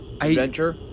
adventure